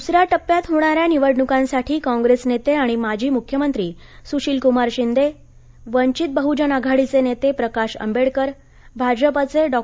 दुसऱ्या टप्प्यात होणाऱ्या निवडणुकांसाठी काँग्रेस नेते आणि माजी मुख्यमंत्री सुशील कुमार शिंदे वंचित बहुजन आघाडीचे नेते प्रकाश आंबेडकर भाजपाचे डॉ